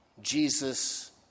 Jesus